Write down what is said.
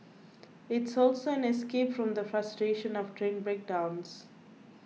it's also an escape from the frustration of train breakdowns